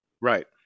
Right